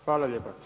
Hvala lijepa.